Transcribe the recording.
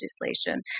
legislation